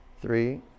three